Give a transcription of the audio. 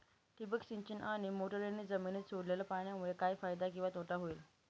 ठिबक सिंचन आणि मोटरीने जमिनीत सोडलेल्या पाण्यामुळे काय फायदा किंवा तोटा होईल?